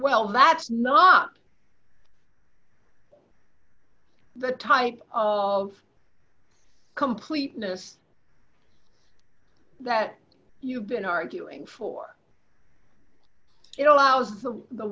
well that's not the type of completeness that you've been arguing for it allows the